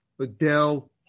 Adele